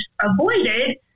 avoided